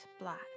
Black